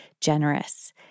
generous